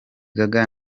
gaga